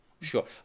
Sure